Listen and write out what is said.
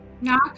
No